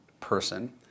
person